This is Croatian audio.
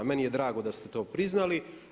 Meni je drago da ste to priznali.